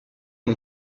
ont